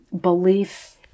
belief